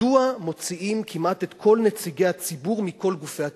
מדוע מוציאים כמעט את כל נציגי הציבור מכל גופי התכנון?